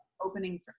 Opening